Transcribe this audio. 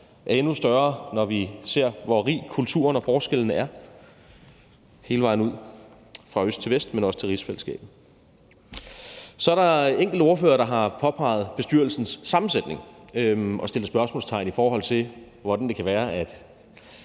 er endnu større, når vi ser på, hvor rig kulturen er, og hvor rige forskellene er – hele vejen fra øst til vest, men også til rigsfællesskabet. Så er der enkelte ordførere, der har påpeget bestyrelsens sammensætning og sat spørgsmålstegn ved, hvordan det kan være, at